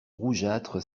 rougeâtre